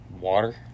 water